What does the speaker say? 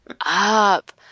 up